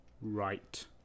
Right